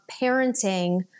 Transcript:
parenting